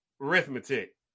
arithmetic